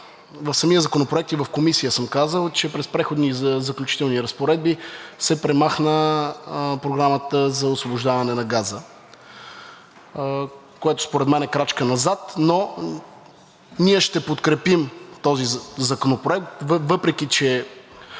в самия законопроект – и в Комисията съм казал, че през Преходни и заключителни разпоредби се премахна Програмата за освобождаване на газа, което според мен е крачка назад, но ние ще подкрепим този законопроект, въпреки че